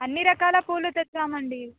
అన్ని రకాల పూలు తెచ్చామండి